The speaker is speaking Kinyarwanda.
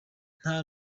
nta